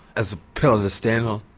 as a pillar to stand on.